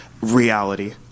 reality